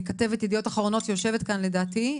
כתבת ידיעות אחרונות שיושבת כאן לדעתי,